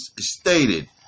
stated